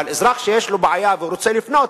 אבל אזרח שיש לו בעיה והוא רוצה לפנות,